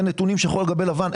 זה נתונים שחור על גבי לבן.